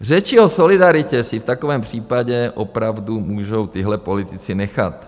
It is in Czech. Řeči o solidaritě si v takovém případě opravdu můžou tihle politici nechat.